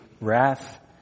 wrath